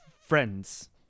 friends